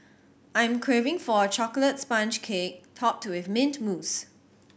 I am craving for a chocolate sponge cake topped with mint mousse